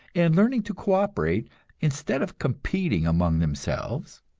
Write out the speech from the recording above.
and learning to co-operate instead of competing among themselves,